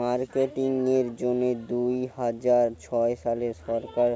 marketing এর জন্যে দুইহাজার ছয় সালে সরকার